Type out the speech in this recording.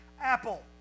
Apple